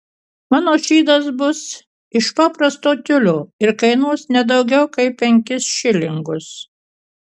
mano šydas bus iš paprasto tiulio ir kainuos ne daugiau kaip penkis šilingus